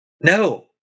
no